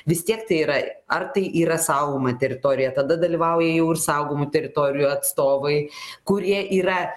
vis tiek tai yra ar tai yra saugoma teritorija tada dalyvauja jau ir saugomų teritorijų atstovai kurie yra